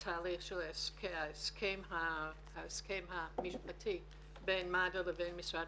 התהליך של ההסכם המשפטי בין מד"א לבין משרד